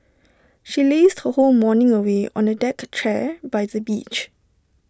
she lazed her whole morning away on A deck chair by the beach